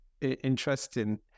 Interesting